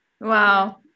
wow